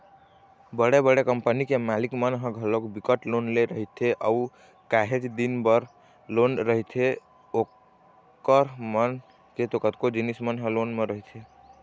बड़े बड़े कंपनी के मालिक मन ह घलोक बिकट लोन ले रहिथे अऊ काहेच दिन बर लेय रहिथे ओखर मन के तो कतको जिनिस मन ह लोने म रहिथे